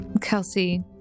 Kelsey